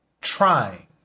trying